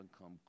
come